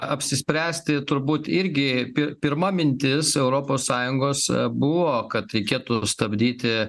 apsispręsti turbūt irgi pir pirma mintis europos sąjungos buvo kad reikėtų stabdyti